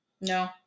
No